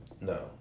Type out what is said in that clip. No